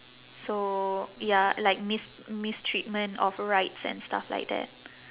so ya like mis~ mistreatment of rights and stuff like that